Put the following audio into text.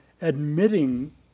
admitting